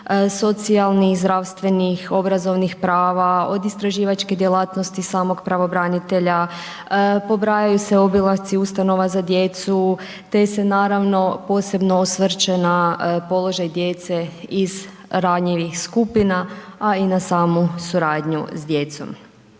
socijalnih, zdravstvenih, obrazovnih prava, od istraživačke djelatnosti samog pravobranitelja, pobrajaju se obilasci ustanova za djecu te se naravno posebno osvrće na položaj djece iz ranjivih skupina a i na samu suradnju s djecom.